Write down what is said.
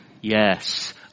Yes